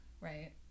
right